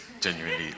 Genuinely